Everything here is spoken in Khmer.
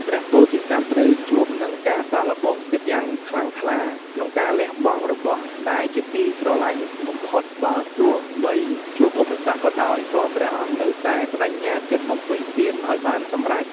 ព្រះពោធិសត្វត្រូវជួបនឹងការសាកល្បងចិត្តយ៉ាងខ្លាំងក្លា ក្នុងការលះបង់របស់ដែលជាទីស្រឡាញ់បំផុត បើទោះបីជួបឧបសគ្គក៏ដោយ ក៏ព្រះអង្គនៅតែប្តេជ្ញាចិត្តបំពេញទានឱ្យបានសម្រេច។